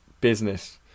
business